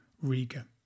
Riga